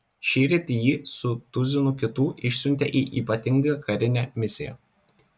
šįryt jį su tuzinu kitų išsiuntė į ypatingą karinę misiją